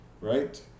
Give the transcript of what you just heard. right